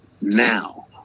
now